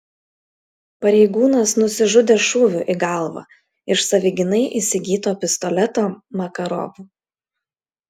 pareigūnas nusižudė šūviu į galvą iš savigynai įsigyto pistoleto makarov